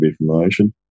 information